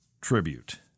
tribute